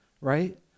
right